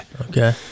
Okay